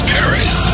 Paris